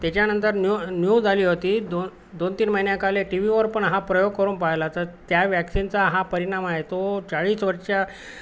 त्याच्यानंतर new news आली होती दोन दोन तीन महिन्याकाले टी वीवरपण हा प्रयोग करून पहायला तर त्या वॅक्सिनचा हा परिणाम आहे तो चाळीस वर्ष